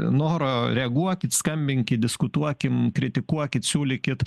noro reaguokit skambinkit diskutuokim kritikuokit siūlykit